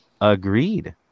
agreed